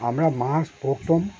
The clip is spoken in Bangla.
আমরা মাছ প্রথম